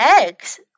eggs